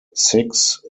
six